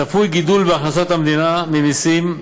צפוי גידול בהכנסות המדינה ממסים,